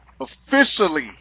officially